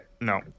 No